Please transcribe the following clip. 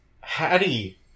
Hattie